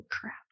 crap